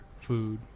food